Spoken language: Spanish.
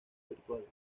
virtuales